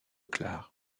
clare